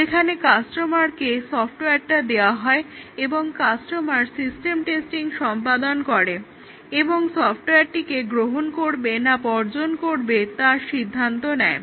যেখানে কাস্টমারকে সফটওয়্যারটা দেওয়া হয় এবং কাস্টমার সিস্টেম টেস্টিং সম্পাদন করে এবং সফটওয়্যারটিকে গ্রহণ করবে নাকি বর্জন করবে তার সিদ্ধান্ত নেয়